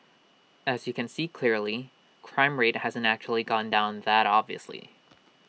as you can see clearly crime rate hasn't actually gone down that obviously